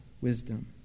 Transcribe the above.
wisdom